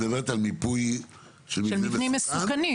את מדברת על מיפוי של מבנה מסוכן?